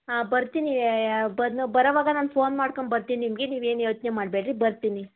ಆಂ ಬರ್ತೀನಿ ಬರೋವಾಗ ನಾನು ಫೋನ್ ಮಾಡ್ಕಂಬರ್ತೀನ್ ನಿಮಗೆ ನೀವೇನು ಯೋಚನೆ ಮಾಡಬೇಡ್ರಿ ಬರ್ತೀನಿ